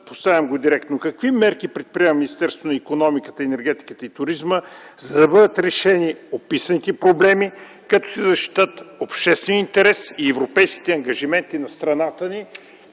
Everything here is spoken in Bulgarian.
поставям директно: какви мерки предприема Министерството на икономиката, енергетиката и туризма, за да бъдат решени описаните проблеми като се защитят обществения интерес и европейските ангажименти на страната ни